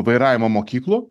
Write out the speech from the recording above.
vairavimo mokyklų